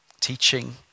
Teaching